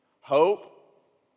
Hope